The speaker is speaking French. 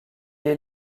est